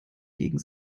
gegen